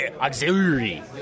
Auxiliary